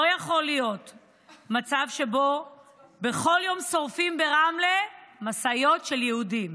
לא יכול להיות מצב שבו בכל יום שורפים ברמלה משאיות של יהודים,